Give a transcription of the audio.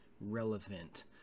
relevant